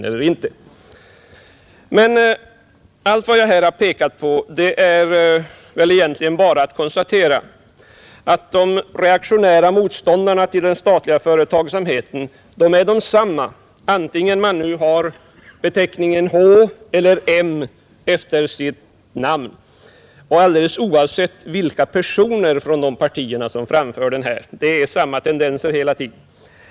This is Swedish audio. I fråga om allt jag här pekat på är väl bara att konstatera att de reaktionära motståndarna till den statliga företagsamheten är desamma, vare sig de har beteckningen eller , efter sitt namn och alldeles oavsett vilka personer från detta parti som uttalar sig. Det är samma tendens hela tiden.